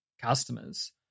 customers